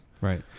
right